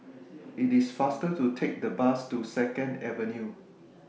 IT IS faster to Take The Bus to Second Avenue